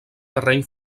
terreny